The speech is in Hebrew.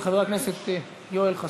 רבה, חבר הכנסת איתן ברושי,